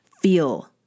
feel